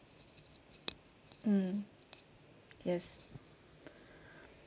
mm yes